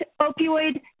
opioid